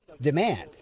demand